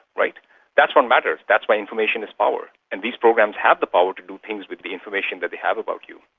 that's what matters, that's what information is power. and these programs have the power to do things with the information that they have about you.